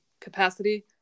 capacity